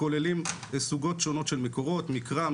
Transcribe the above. הכוללות סוגות שונות של מקורות מקרא,